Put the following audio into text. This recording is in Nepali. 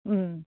उम्